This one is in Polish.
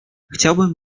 chciałbym